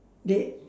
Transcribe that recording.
they